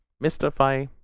mystify